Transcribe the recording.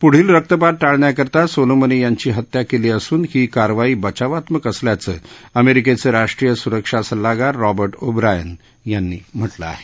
पुढील रक्तपात ळण्याकरता सोलोमनी यांची हत्या केली असून ही कारवाई बचावात्मक असल्याचं अमेरिकेचे राष्ट्रीय सुरक्षा सल्लागार रॉब ओब्रायन यांनी म्हानिं आहे